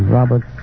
Robert